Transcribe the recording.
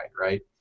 right